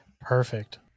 Perfect